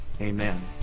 Amen